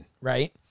right